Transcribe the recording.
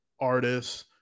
artists